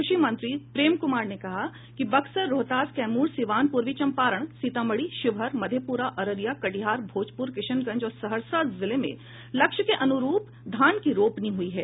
कृषि मंत्री प्रेम कुमार ने कहा कि बक्सर रोहतास कैमूर सीवान पूर्वी चंपारण सीतामढ़ी शिवहर मधेपुरा अररिया कटिहार भोजपुर किशनगंज और सहरसा जिले में लक्ष्य के अनुरूप धान की रोपनी हुयी है